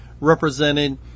represented